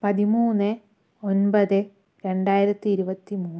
പതിമൂന്ന് ഒൻപത് രണ്ടായിരത്തി ഇരുപത്തി മൂന്ന്